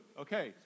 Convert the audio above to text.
Okay